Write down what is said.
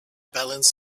balanced